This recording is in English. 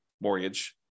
mortgage